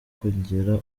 kongera